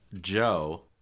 Joe